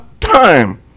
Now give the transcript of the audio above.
time